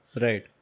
Right